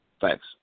Thanks